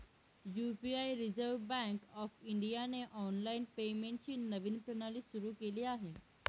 UPI reserve bank of इंडियाने online पेमेंटची नवीन प्रणाली सुरू केली आहे